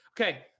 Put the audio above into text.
Okay